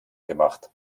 gemacht